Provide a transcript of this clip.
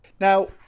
Now